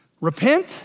repent